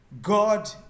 God